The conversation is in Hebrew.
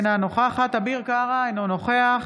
אינה נוכחת אביר קארה, אינו נוכח